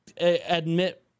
admit